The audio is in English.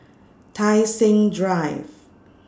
Tai Seng Drive